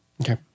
Okay